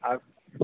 आप